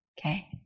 Okay